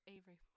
Avery